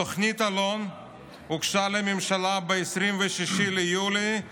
תוכנית אלון הוגשה לממשלה ב-26 ביולי 1967,